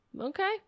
Okay